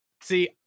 See